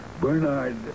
Bernard